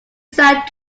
sad